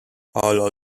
ala